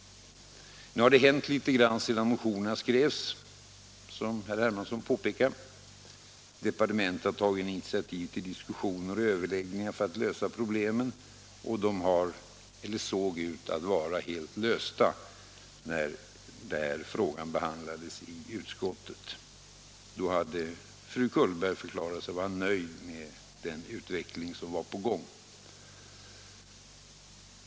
Nu har det hänt litet grand sedan motionerna skrevs, som herr Hermansson påpekar. Departementet har tagit ett initiativ till diskussioner och överläggningar för att lösa problemen, och de var eller såg ut att vara helt lösta när frågan behandlades i utskottet. Då hade fru Cullberg förklarat sig vara nöjd med den utveckling som var på gång.